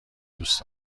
دوست